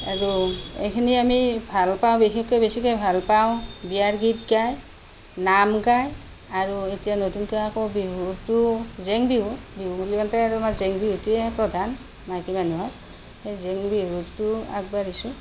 আৰু এইখিনি আমি ভালপাওঁ বিশেষকৈ বেছিকৈ ভালপাওঁ বিয়াৰ গীত গাই নাম গাই আৰু এতিয়া নতুনকৈ আকৌ বিহুটো জেং বিহু বিহু বুলি কওঁতে আৰু আমাৰ জেং বিহুটোৱে প্ৰধান মাইকী মানুহৰ এই জেং বিহুতো আগবাঢ়িছোঁ